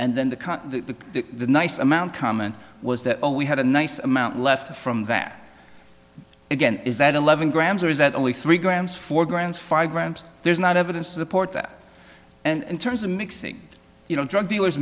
and then the cotton the nice amount comment was that all we had a nice amount left from that again is that eleven grams or is that only three grams foregrounds five grams there is not evidence to support that and terms of mixing you know drug dealers